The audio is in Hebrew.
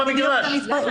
הוא בתוך המגרש.